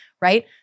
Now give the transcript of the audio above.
Right